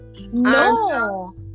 No